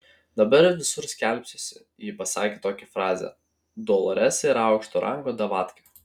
dabar visur skelbsiuosi ji pasakė tokią frazę doloresa yra aukšto rango davatka